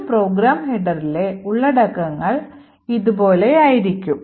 ഒരു program headerലെ ഉള്ളടക്കങ്ങൾ ഇതുപോലെയായിരിക്കും